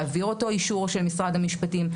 להעביר אותו לאישור של משרד המשפטים.